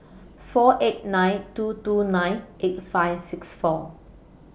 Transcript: four eight nine two two nine eight five six four